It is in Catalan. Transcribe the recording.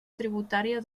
tributària